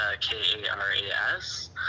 K-A-R-A-S